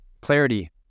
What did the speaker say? clarity